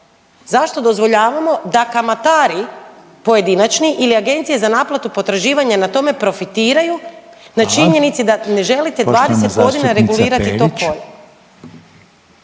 zašto dozvoljavamo da kamatari pojedinačni ili agencije za naplatu potraživanja na tome profitiraju …/Upadica: Hvala./… na činjenici da ne želite 20 godina regulirati to